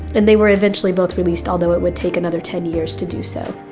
and they were eventually both released although it would take another ten years to do so.